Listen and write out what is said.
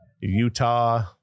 Utah